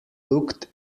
looked